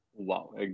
Wow